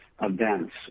events